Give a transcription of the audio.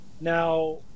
Now